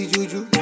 Juju